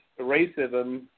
racism